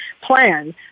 plan